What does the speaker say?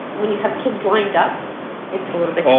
when you have kids lined up it is a little